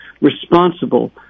responsible